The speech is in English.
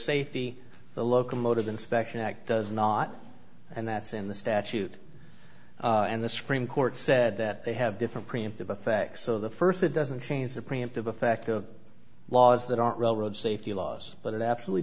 safety the locomotive inspection act does not and that's in the statute and the supreme court said that they have different preemptive affects of the first it doesn't change the preemptive effect of laws that aren't railroad safety laws but it absolutely